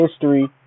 history